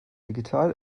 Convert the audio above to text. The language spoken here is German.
digital